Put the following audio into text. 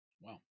Wow